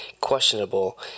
questionable